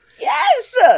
Yes